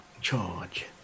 charge